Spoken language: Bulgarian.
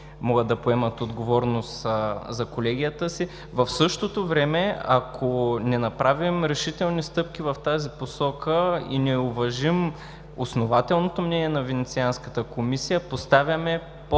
могат да поемат отговорност за колегията си. В същото време, ако не направим решителни стъпки в тази посока и не уважим основателното мнение на Венецианската комисия, поставяме